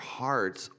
hearts